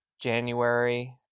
January